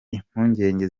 impungenge